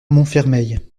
montfermeil